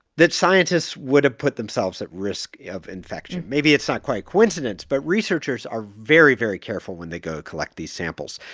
that scientists would have put themselves at risk of infection. maybe it's not quite coincidence. but researchers are very, very careful when they go collect these samples.